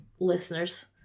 listeners